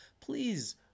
please